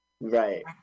Right